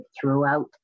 throughout